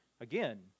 Again